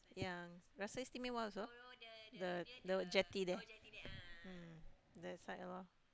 yang Rasa-Istimewa also the the jetty there mm that side lor